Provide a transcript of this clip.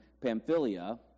Pamphylia